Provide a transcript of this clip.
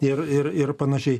ir ir ir panašiai